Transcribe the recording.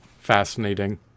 fascinating